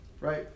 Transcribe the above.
right